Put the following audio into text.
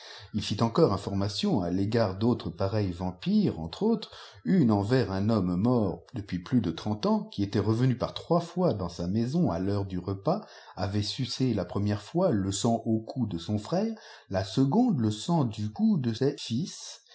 il fit encore information à tégàrd d autres pareils vampires entre autres une envers un homme mort depuis plus de trente ans qui était revenu par trois fois dans sa maison à theure du repas avait sucé la première fois le sang au cou de son frère la seconde le sang du cou de ses fils